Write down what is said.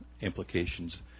implications